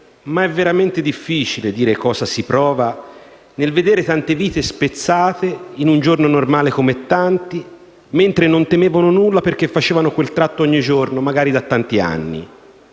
ma è veramente difficile dire cosa si prova nel vedere tante vite spezzate in un giorno normale, come tanti, mentre non temevano nulla perché facevano quel tratto ogni giorno, magari da tanti anni.